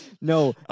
No